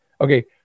Okay